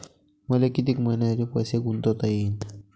मले कितीक मईन्यासाठी पैसे गुंतवता येईन?